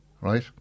right